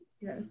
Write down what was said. Yes